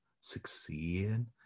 succeed